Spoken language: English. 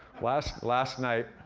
last last night,